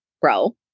bro